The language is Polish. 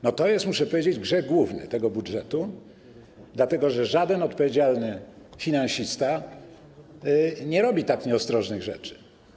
No to jest, muszę powiedzieć, grzech główny tego budżetu, dlatego że żaden odpowiedzialny finansista nie robi tak nieostrożnych rzeczy.